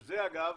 שזה, אגב,